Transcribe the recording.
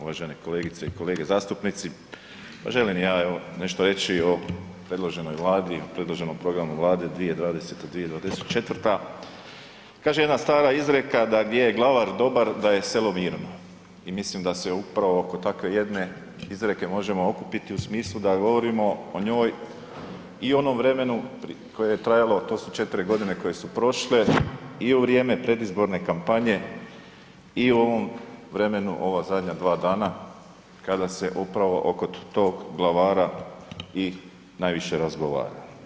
Uvažene kolegice i kolege zastupnice, pa želim i ja evo nešto reći o predloženoj Vladi, predloženom programu Vlade 2020 – 2024, kaže jedna stara izreka da gdje je glavar dobar da je selo mirno i mislim da se upravo oko takve jedne izreke možemo okupiti u smislu da govorimo o njoj i u onom vremenu koje je trajalo, to su 4 godine koje su prošle i u vrijeme predizborne kampanje i u ovom vremenu ova zadnja 2 dana kada se upravo oko tog glavara i najviše razgovara.